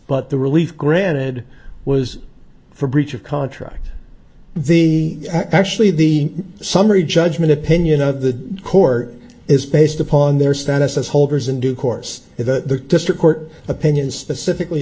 but the relief granted was for breach of contract the actually the summary judgement opinion of the court is based upon their status as holders in due course if the district court opinion specifically